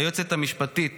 ליועצת המשפטית